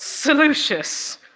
solucious!